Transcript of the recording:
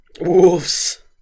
Wolves